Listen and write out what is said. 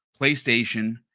PlayStation